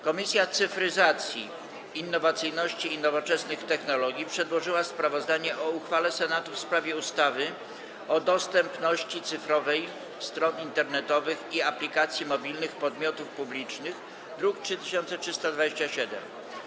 Komisja Cyfryzacji, Innowacyjności i Nowoczesnych Technologii przedłożyła sprawozdanie o uchwale Senatu w sprawie ustawy o dostępności cyfrowej stron internetowych i aplikacji mobilnych podmiotów publicznych, druk nr 3327.